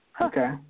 Okay